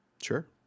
Sure